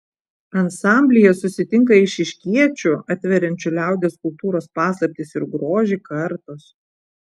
ansamblyje susitinka eišiškiečių atveriančių liaudies kultūros paslaptis ir grožį kartos